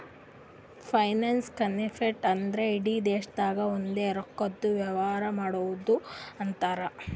finance concept ಅಂದ್ರ ಇಡಿ ದೇಶ್ದಾಗ್ ಎನ್ ರೊಕ್ಕಾದು ವ್ಯವಾರ ಮಾಡದ್ದುಕ್ ಅಂತಾರ್